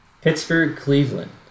Pittsburgh-Cleveland